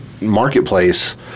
marketplace